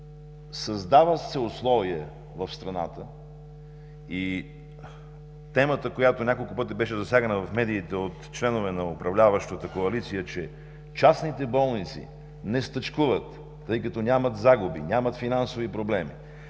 Създават се условия в страната и темата, която няколко пъти беше засягана в медиите от членове на управляващата коалиция, че частните болници не стачкуват, тъй като нямат загуби, нямат финансови проблеми.